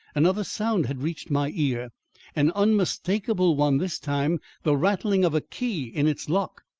another sound had reached my ear an unmistakable one this time the rattling of a key in its lock.